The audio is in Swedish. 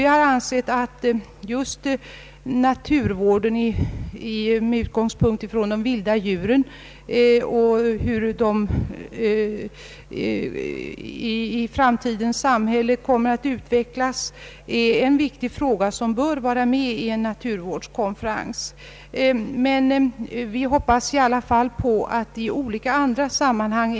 Vi har ansett att naturvården med sikte på de vilda djuren och deras bevarande i framtiden är en viktig fråga som bör vara med vid en naturvårdskonferens. Men vi hoppas att frågan hålls levande i andra sammanhang.